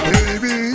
Baby